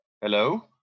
Hello